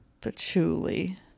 Patchouli